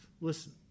listen